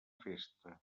festa